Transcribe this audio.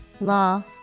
law